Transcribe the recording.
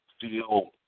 feel